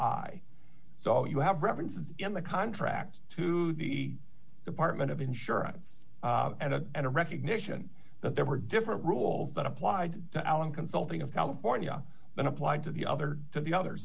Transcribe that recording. saw you have references in the contract to the department of insurance and a recognition that there were different rules that applied to allen consulting of california when applied to the other to the other